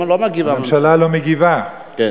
אם היא לא מגיבה, הממשלה לא מגיבה.